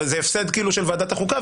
אבל זה הפסד של ועדת החוקה,